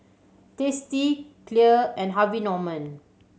Tasty Clear and Harvey Norman